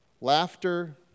laughter